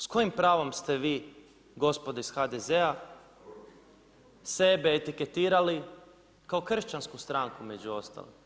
S kojim pravom ste vi gospodo iz HDZ-a sebe etiketirali kao kršćansku stranku među ostalim?